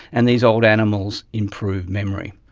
and these old animals improve memory.